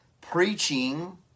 preaching